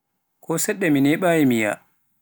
ko seɗɗa mi neɓaayi, mi yiia.